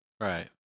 right